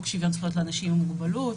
חוק שוויון זכויות לאנשים עם מוגבלות,